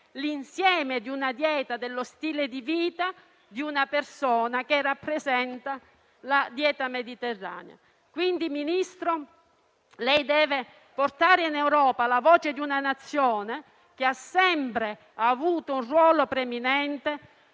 l'insieme di una dieta e dello stile di vita di una persona, come fa la dieta mediterranea. Signor Ministro, lei deve portare in Europa la voce di una Nazione che ha sempre avuto un ruolo preminente